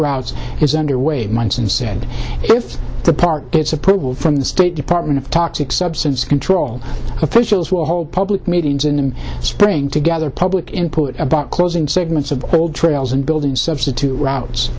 routes is underway months and said if the park gets approval from the state department of toxic substance control officials will hold public meetings in the spring to gather public input about closing segments of old trails and building substitute routes